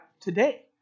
today